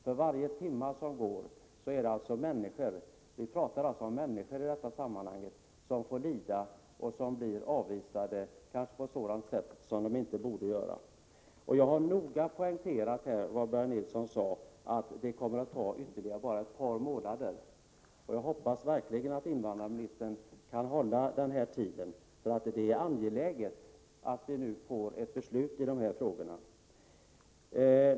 För varje timme som går är det alltså människor — vi talar ju om människor i detta sammanhang — som får lida och blir avvisade, kanske på ett sätt som inte borde få ske. Jag har noga noterat det som Börje Nilsson sade, att det bara kommer att ta ytterligare några månader. Jag hoppas verkligen att invandrarministern kan hålla den tiden. Det är angeläget att vi nu får ett beslut i dessa frågor.